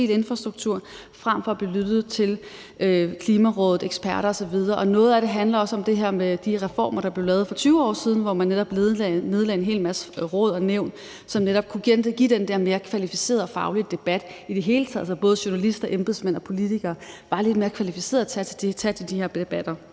fossile infrastruktur, end der bliver lyttet til Klimarådet, eksperter osv. Noget af det handler også om det her med de reformer, der blev lavet for 20 år siden, hvor man nedlagde en hel masse råd og nævn, som netop kunne give den der mere kvalificerede faglige debat i det hele taget, så både journalister, embedsmænd og politikere var lidt mere kvalificerede til at tage de her debatter.